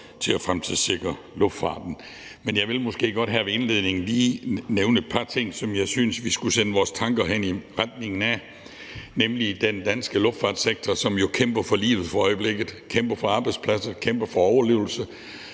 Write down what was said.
til at fremtidssikre luftfarten på. Jeg vil her til indledning lige nævne noget, som jeg synes vi skal sende vores tanker i retning af, nemlig den danske luftfartssektor, som for øjeblikket kæmper for livet, kæmper for arbejdspladser og kæmper for sin overlevelse.